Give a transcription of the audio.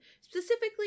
specifically